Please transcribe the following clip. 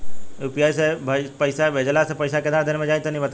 UPI से पईसा भेजलाऽ से पईसा केतना देर मे जाई तनि बताई?